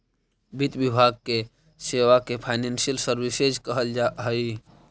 वित्त विभाग के सेवा के फाइनेंशियल सर्विसेज कहल जा हई